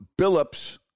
Billups